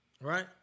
right